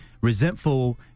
resentful